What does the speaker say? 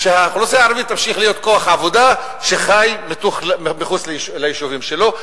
שהאוכלוסייה הערבית תמשיך להיות כוח עבודה שחי מחוץ ליישובים שלו,